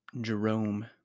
jerome